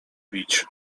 bić